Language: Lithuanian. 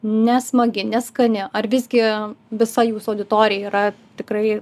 nesmagi neskani ar visgi visa jūsų auditorija yra tikrai